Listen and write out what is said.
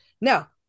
Now